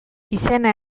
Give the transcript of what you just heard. izena